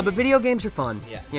video games are fun. yeah, you